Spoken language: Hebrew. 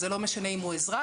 וזה לא משנה אם הוא אזרח,